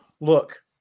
look